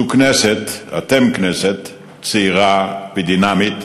זו כנסת, אתם כנסת צעירה, דינמית,